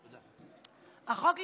החוק,